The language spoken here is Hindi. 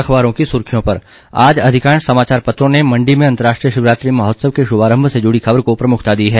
अखबारों की सुर्खियों पर आज अधिकांश समाचार पत्रों ने मंडी में अंतरराष्ट्रीय शिवरात्रि महोत्सव के शुभारम्भ से जुड़ी खबर को प्रमुखता दी है